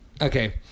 okay